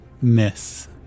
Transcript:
miss